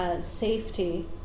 safety